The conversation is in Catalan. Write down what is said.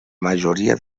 majoria